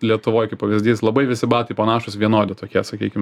lietuvoj kaip pavyzdys labai visi batai panašūs vienodi tokie sakykim